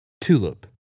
TULIP